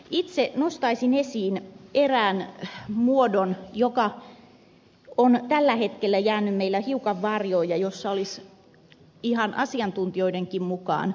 itse nostaisin esiin erään muodon joka on tällä hetkellä jäänyt meillä hiukan varjoon ja jossa olisi ihan asiantuntijoidenkin mukaan tekemistä